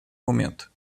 momento